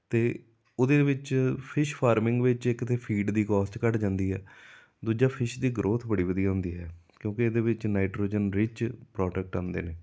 ਅਤੇ ਉਹਦੇ ਵਿੱਚ ਫਿਸ਼ ਫਾਰਮਿੰਗ ਵਿੱਚ ਇੱਕ ਤਾਂ ਫੀਡ ਦੀ ਕੋਸਟ ਘੱਟ ਜਾਂਦੀ ਹੈ ਦੂਜਾ ਫਿਸ਼ ਦੀ ਗਰੋਥ ਬੜੀ ਵਧੀਆ ਹੁੰਦੀ ਹੈ ਕਿਉਂਕਿ ਇਹਦੇ ਵਿੱਚ ਨਾਈਟ੍ਰੋਜਨ ਰਿਚ ਪ੍ਰੋਡਕਟ ਆਉਂਦੇ ਨੇ